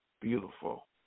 beautiful